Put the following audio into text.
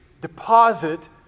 deposit